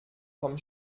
vom